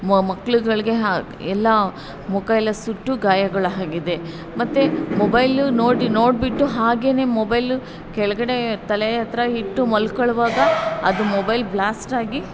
ಮಕ್ಳುಗಳಿಗೆ ಹಾ ಎಲ್ಲ ಮುಖ ಎಲ್ಲ ಸುಟ್ಟು ಗಾಯಗಳಾಗಿದೆ ಮತ್ತೆ ಮೊಬೈಲ್ ನೋಡಿ ನೋಡಿಬಿಟ್ಟು ಹಾಗೆಯೇ ಮೊಬೈಲು ಕೆಳಗಡೆ ತಲೆ ಹತ್ತಿರ ಇಟ್ಟು ಮಲ್ಕೊಳ್ಳುವಾಗ ಅದು ಮೊಬೈಲ್ ಬ್ಲ್ಯಾಸ್ಟ್ ಆಗಿ